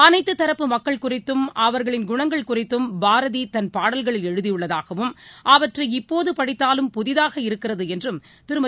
அனைத்துதரப்பு மக்கள் குறித்தும் அவர்களின் குணங்கள் குறித்தும் பாரதிதன் பாடல்களில் எழுதியுள்ளதாகவும் அவற்றை இப்போதுபடித்தாலும் புதிதாக இருக்கிறதுஎன்றும் திருமதி